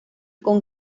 con